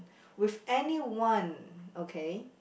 with anyone okay